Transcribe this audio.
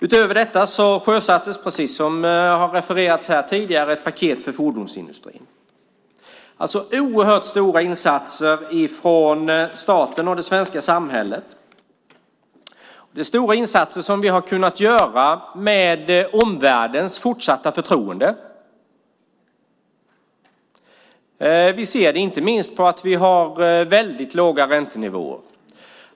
Utöver detta sjösattes, precis som har refererats tidigare, ett paket för fordonsindustrin. Det är oerhört stora insatser från staten och det svenska samhället. Det är stora insatser som vi har kunnat göra med omvärldens fortsatta förtroende. Vi ser det inte minst på att vi har låga räntenivåer.